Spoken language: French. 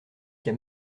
qu’à